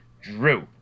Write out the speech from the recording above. Drew